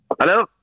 Hello